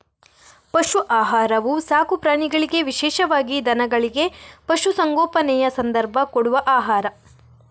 ಪಶು ಆಹಾರವು ಸಾಕು ಪ್ರಾಣಿಗಳಿಗೆ ವಿಶೇಷವಾಗಿ ದನಗಳಿಗೆ, ಪಶು ಸಂಗೋಪನೆಯ ಸಂದರ್ಭ ಕೊಡುವ ಆಹಾರ